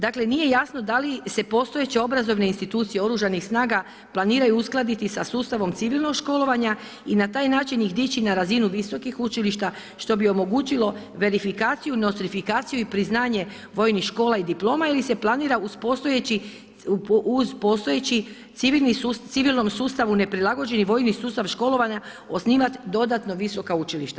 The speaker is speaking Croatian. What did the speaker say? Dakle nije jasno da li se postojeće obrazovne institucije Oružanih snaga planiraju uskladiti sa sustavom civilnog školovanja i na taj način ih dići na razinu visokih učilišta, što bi omogućilo verifikaciju, nostrifikaciju i priznanje vojnih škola i diploma, ili se planira uz postojeći civilnom sustavu neprilagođeni vojni sustav školovanja osnivat dodatno visoka učilišta.